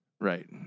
Right